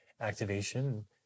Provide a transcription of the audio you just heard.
activation